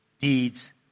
deeds